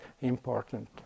important